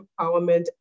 empowerment